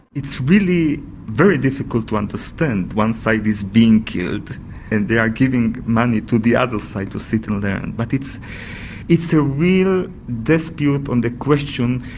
it's really very difficult to understand. one side is being killed and they are giving money to the other side to sit and learn. but it's it's a real dispute on the question,